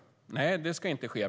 Nej, det ska inte ske.